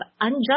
unjust